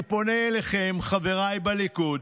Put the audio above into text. אני פונה אליכם, חבריי בליכוד,